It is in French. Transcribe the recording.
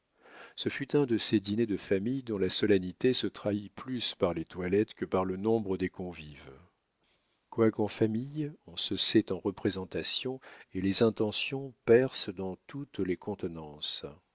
ce fut un de ces dîners de famille dont la solennité se trahit plus par les toilettes que par le nombre des convives quoiqu'en famille on se sait en représentation et les intentions percent dans toutes les contenances